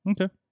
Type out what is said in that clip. Okay